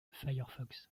firefox